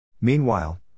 Meanwhile